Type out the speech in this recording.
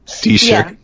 T-shirt